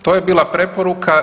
To je bila preporuka.